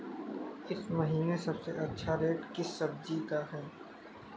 इस महीने सबसे अच्छा रेट किस सब्जी का है?